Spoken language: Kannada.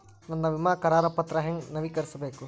ನನ್ನ ವಿಮಾ ಕರಾರ ಪತ್ರಾ ಹೆಂಗ್ ನವೇಕರಿಸಬೇಕು?